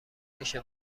میشه